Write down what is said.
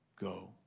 go